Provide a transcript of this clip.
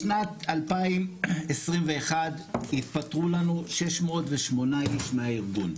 בשנת 2021 התפטרו לנו 608 איש מהארגון.